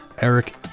eric